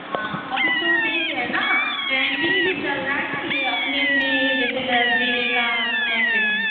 हाँ अभी तो देख रहे हैं ना ट्रेनिंग भी चल रही है ना यह अपने अपने यह जैसे ल ज़िले की लैंग्वेज है